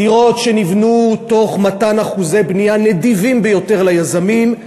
דירות שנבנו במתן אחוזי בנייה נדיבים ביותר ליזמים,